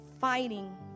fighting